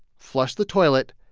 flush the toilet,